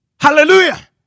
Hallelujah